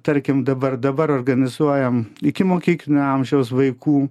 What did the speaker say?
tarkim dabar dabar organizuojam ikimokyklinio amžiaus vaikų